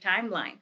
timeline